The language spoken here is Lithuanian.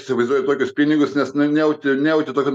įsivaizduoju tokius pinigus nes nu nejauti nejauti tokio